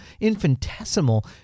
infinitesimal